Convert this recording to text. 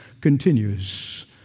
continues